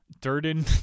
Durden